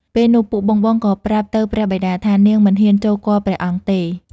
ពេលនោះពួកបងៗក៏ប្រាប់ទៅព្រះបិតាថា នាងមិនហ៊ានចូលគាល់ព្រះអង្គទេ។